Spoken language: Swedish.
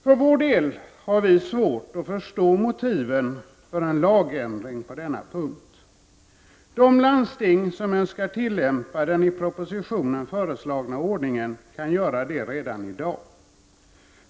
——— För vår del har vi svårt att förstå motiven för en lagändring på denna punkt. De landsting som önskar tillämpa den i propositionen föreslagna ordningen kan göra det redan i dag.